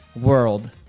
world